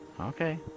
Okay